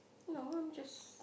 your one just